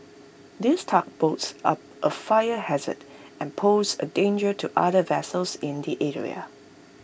these tugboats are A fire hazard and pose A danger to other vessels in the area